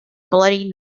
bloody